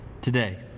today